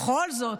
בכל זאת,